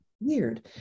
weird